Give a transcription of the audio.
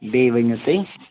بیٚیہِ ؤنِو تُہۍ